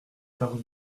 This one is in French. parut